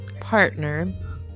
Partner